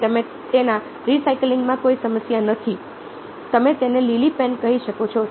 તેથી તમે તેના રિસાયક્લિંગમાં કોઈ સમસ્યા નથી તમે તેને લીલી પેન કહી શકો છો